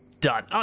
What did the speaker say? done